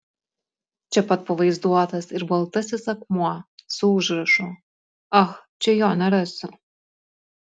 čia pat pavaizduotas ir baltasis akmuo su užrašu ach čia jo nerasiu